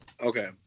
okay